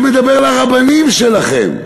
שמדבר לרבנים שלכם?